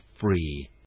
free